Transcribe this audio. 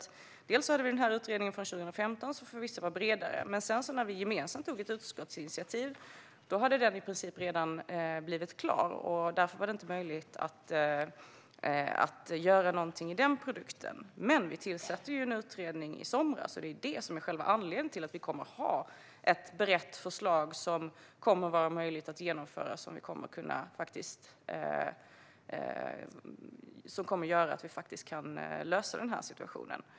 Vi hade utredningen från 2015, som förvisso var bredare. När vi gemensamt tog ett utskottsinitiativ hade den i princip redan blivit klar, och det var därför inte möjligt att göra någonting med den produkten. Men vi tillsatte ju en utredning i somras, och det är detta som är själva anledningen till att vi kommer att ha ett brett förslag som kommer att vara möjligt att genomföra och som kommer att göra att vi kan lösa denna situation.